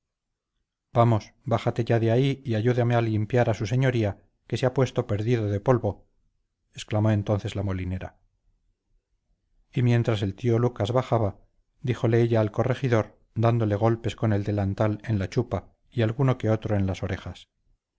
vamos bájate ya de ahí y ayúdame a limpiar a su señoría que se ha puesto perdido de polvo exclamó entonces la molinera y mientras el tío lucas bajaba díjole ella al corregidor dándole golpes con el delantal en la chupa y alguno que otro en las orejas